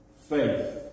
faith